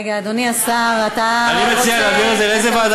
אדוני השר, אדוני סגן השר, לא סיימת?